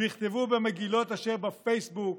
ויכתבו במגילות אשר בפייסבוק,